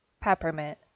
Peppermint